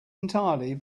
entirely